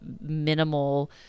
minimal